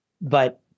But-